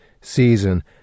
season